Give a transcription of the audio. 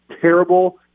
terrible –